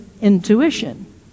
intuition